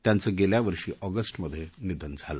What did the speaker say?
त्यांचं गेल्यावर्षी ऑगस्टमधे निधन झालं